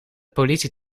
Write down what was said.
politie